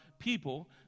people